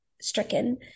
stricken